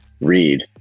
read